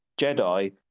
Jedi